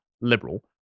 liberal